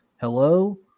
Hello